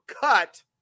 cut